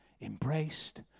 embraced